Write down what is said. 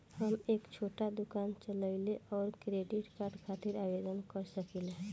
हम एक छोटा दुकान चलवइले और क्रेडिट कार्ड खातिर आवेदन कर सकिले?